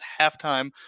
halftime